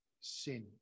sin